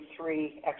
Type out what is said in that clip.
three